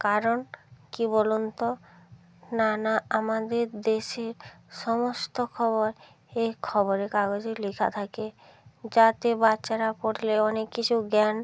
কারণ কী বলুন তো নানা আমাদের দেশে সমস্ত খবর এ খবরের কাগজে লেখা থাকে যাতে বাচ্চারা পড়লে অনেক কিছু জ্ঞান